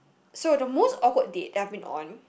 so the most awkward date that I've been on